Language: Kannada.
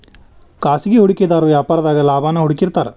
ಖಾಸಗಿ ಹೂಡಿಕೆದಾರು ವ್ಯಾಪಾರದಾಗ ಲಾಭಾನ ಹುಡುಕ್ತಿರ್ತಾರ